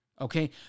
okay